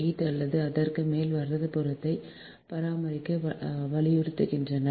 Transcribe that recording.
8 அல்லது அதற்கு மேல் வலதுபுறத்தை பராமரிக்க வலியுறுத்துகின்றனர்